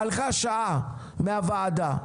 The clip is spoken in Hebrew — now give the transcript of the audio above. הלכה שעה מהוועדה.